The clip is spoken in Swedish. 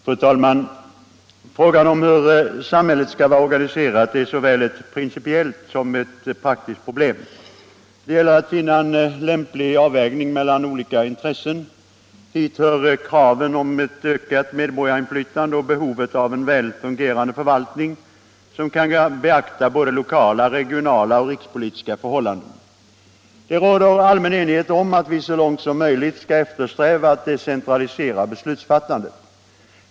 Fru talman! Frågan om hur samhället skall vara organiserat är såväl ett principiellt som ett praktiskt problem. Det gäller att finna en lämplig avvägning mellan olika intressen. Dit hör kraven på ökat medborgarinflytande och behovet av en väl fungerande förvaltning, som kan beakta både lokala, regionala och rikspolitiska förhållanden. Det råder allmän enighet om att vi så långt som möjligt skall eftersträva att decentralisera beslutsfattandet.